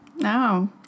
No